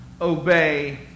obey